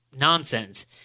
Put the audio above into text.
nonsense